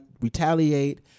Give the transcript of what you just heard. retaliate